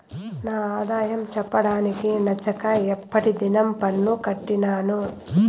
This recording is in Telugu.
నా ఆదాయం చెప్పడానికి నచ్చక ఎప్పటి దినం పన్ను కట్టినాను